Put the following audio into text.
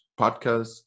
podcast